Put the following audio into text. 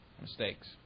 mistakes